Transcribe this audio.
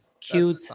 cute